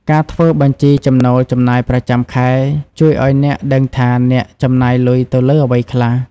ការធ្វើបញ្ជីចំណូល-ចំណាយប្រចាំខែ ជួយឲ្យអ្នកដឹងថាអ្នកចំណាយលុយទៅលើអ្វីខ្លះ។